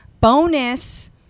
Bonus